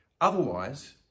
Otherwise